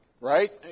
right